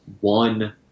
one